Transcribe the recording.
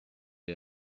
est